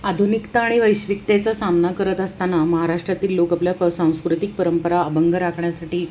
आधुनिकता आणि वैश्विकतेचा सामना करत असताना महाराष्ट्रातील लोक आपल्या प सांस्कृतिक परंपरा अभंग राखण्यासाठी